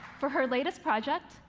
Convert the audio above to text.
for her latest project,